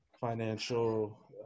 financial